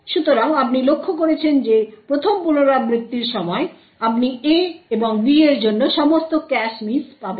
সুতরাং আপনি লক্ষ্য করেছেন যে প্রথম পুনরাবৃত্তির সময় আপনি A এবং B এর জন্য সমস্ত ক্যাশ মিস পাবেন